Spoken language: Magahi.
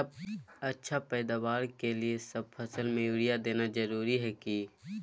अच्छा पैदावार के लिए सब फसल में यूरिया देना जरुरी है की?